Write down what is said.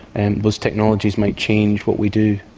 and those technologies might change what we do,